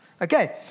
Okay